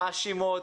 מאשימות,